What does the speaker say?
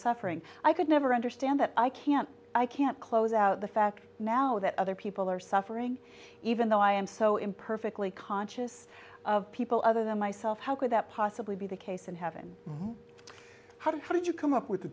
suffering i could never understand that i can't i can't close out the fact now that other people are suffering even though i am so in perfectly conscious of people other than myself how could that possibly be the case in heaven how did you come up with the